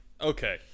Okay